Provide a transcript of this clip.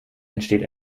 entsteht